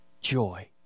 joy